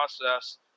process